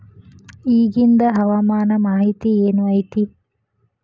ಇಗಿಂದ್ ಹವಾಮಾನ ಮಾಹಿತಿ ಏನು ಐತಿ?